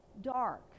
dark